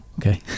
okay